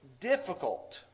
difficult